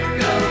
go